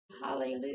Hallelujah